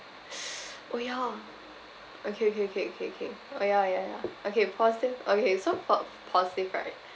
oh ya okay okay okay kay kay oh ya ya ya okay positive okay so po~ positive right